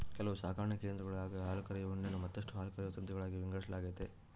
ಕೆಲವು ಸಾಕಣೆ ಕೇಂದ್ರಗುಳಾಗ ಹಾಲುಕರೆಯುವ ಹಿಂಡನ್ನು ಮತ್ತಷ್ಟು ಹಾಲುಕರೆಯುವ ತಂತಿಗಳಾಗಿ ವಿಂಗಡಿಸಲಾಗೆತೆ